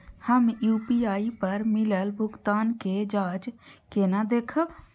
हम यू.पी.आई पर मिलल भुगतान के जाँच केना देखब?